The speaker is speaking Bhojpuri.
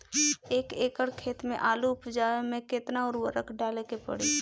एक एकड़ खेत मे आलू उपजावे मे केतना उर्वरक डाले के पड़ी?